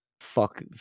Fuck